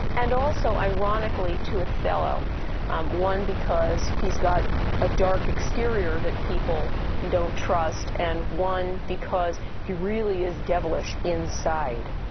and also, ironically, to othello one, because he's got a dark exterior that people don't trust, and one because he really is devilish inside.